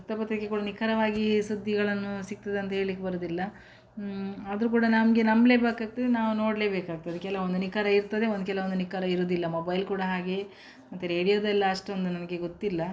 ವೃತ್ತಪತಿಕೆಗಳು ನಿಖರವಾಗಿಯೇ ಸುದ್ದಿಗಳನ್ನು ಸಿಗ್ತದೆ ಅಂತ್ಹೇಳಿಕ್ಕೆ ಬರುವುದಿಲ್ಲ ಆದರೂ ಕೂಡ ನಮ್ಗೆ ನಂಬಲೇಬೇಕಾಗ್ತದೆ ನಾವು ನೋಡಲೇಬೇಕಾಗ್ತದೆ ಕೆಲವೊಂದು ನಿಖರ ಇರ್ತದೆ ಒಂದು ಕೆಲವೊಂದು ನಿಖರ ಇರುವುದಿಲ್ಲ ಮೊಬೈಲ್ ಕೂಡ ಹಾಗೆ ಮತ್ತು ರೇಡಿಯೋದೆಲ್ಲ ಅಷ್ಟೊಂದು ನನಗೆ ಗೊತ್ತಿಲ್ಲ